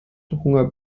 hunger